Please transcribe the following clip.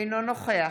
אינו נוכח